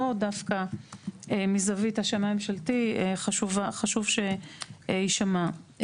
דווקא מזווית השמאי הממשלתי חשוב שיישמע.